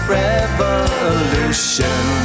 revolution